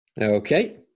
Okay